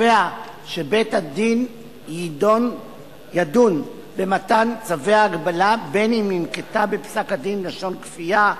קובע שבית-הדין ידון במתן צווי הגבלה בין שננקטה בפסק-הדין לשון כפייה,